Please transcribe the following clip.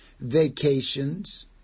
vacations